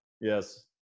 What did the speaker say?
Yes